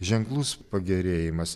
ženklus pagerėjimas